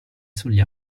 sugli